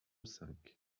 cinq